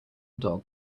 dog